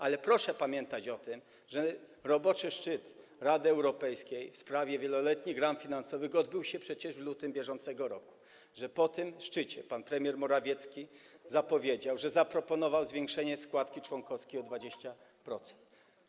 Ale proszę pamiętać o tym, że roboczy szczyt Rady Europejskiej w sprawie wieloletnich ram finansowych odbył się przecież w lutym bieżącego roku, że po tym szczycie pan premier Morawiecki powiedział, że zaproponował zwiększenie składki członkowskiej o 20%.